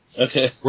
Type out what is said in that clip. Okay